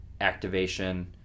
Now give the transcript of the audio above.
activation